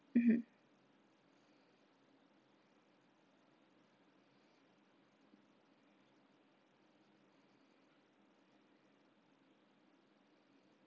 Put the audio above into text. mmhmm